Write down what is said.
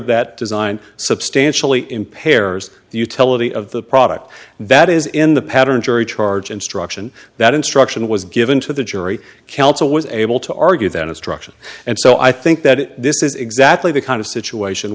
that design substantially impairs the utility of the product that is in the pattern jury charge instruction that instruction was given to the jury counsel was able to argue that instruction and so i think that this is exactly the kind of situation